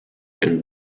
and